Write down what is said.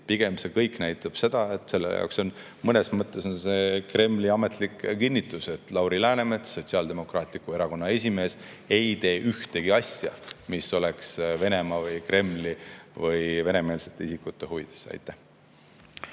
pigem see kõik näitab seda, mõnes mõttes on see Kremli ametlik kinnitus, et Lauri Läänemets, Sotsiaaldemokraatliku Erakonna esimees, ei tee ühtegi asja, mis oleks Venemaa või Kremli või venemeelsete isikute huvides. Riina